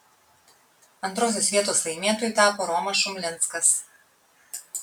antrosios vietos laimėtoju tapo romas šumlinskas